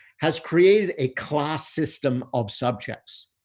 has created a class system of subjects.